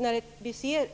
När vi ser